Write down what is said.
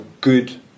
good